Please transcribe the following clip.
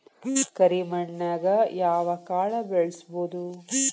ಕರೆ ಮಣ್ಣನ್ಯಾಗ್ ಯಾವ ಕಾಳ ಬೆಳ್ಸಬೋದು?